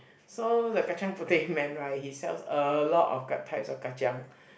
so the kacang-puteh man right he sells a lot of grab packs of kacang